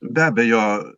be abejo